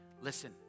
Listen